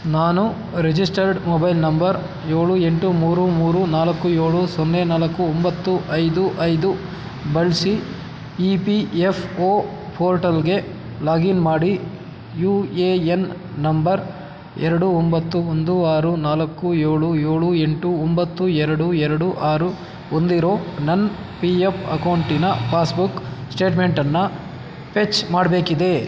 ನಾನು registered mobile number ಏಳು ಎಂಟು ಮೂರು ಮೂರು ನಾಲ್ಕು ಏಳು ಸೊನ್ನೆ ನಾಲ್ಕು ಒಂಬತ್ತು ಐದು ಐದು ಬಳಸಿ ಇ ಪಿ ಎಫ್ ಒ ಫೋರ್ಟಲ್ಗೆ ಲಾಗಿನ್ ಮಾಡಿ ಯು ಎ ಎನ್ ನಂಬರ್ ಎರಡು ಒಂಬತ್ತು ಒಂದು ಆರು ನಾಲ್ಕು ಏಳು ಏಳು ಎಂಟು ಒಂಬತ್ತು ಎರಡು ಎರಡು ಆರು ಹೊಂದಿರೋ ನನ್ನ ಪಿ ಎಫ್ ಅಕೌಂಟಿನ ಪಾಸ್ಬುಕ್ ಸ್ಟೇಟ್ಮೆಂಟನ್ನು ಫೆಚ್ ಮಾಡಬೇಕಿದೆ